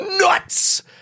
nuts